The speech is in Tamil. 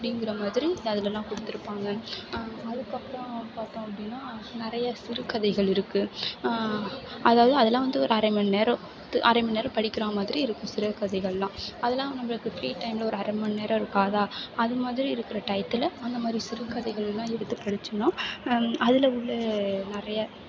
அப்படிங்குற மாதிரி இது அதுலெல்லாம் கொடுத்துருப்பாங்க அதுக்கப்புறம் பார்த்தோம் அப்படின்னா நிறைய சிறுக்கதைகள் இருக்குது அதாவது அதெல்லாம் வந்து ஒரு அரை மணி நேரம் அரை மணி நேரம் படிக்கிறா மாதிரி இருக்கும் சிறுக்கதைகளெல்லாம் அதெல்லாம் நம்மளுக்கு ஃப்ரீ டைமில் ஒரு அரை மணி நேரம் இருக்குதா அது மாதிரி இருக்கிற டயத்தில் அந்தமாதிரி சிறுக்கதைகளெல்லாம் எடுத்து படித்தோம்னா அதில் உள்ள நிறைய